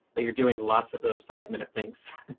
but you're doing lots of those five minute things.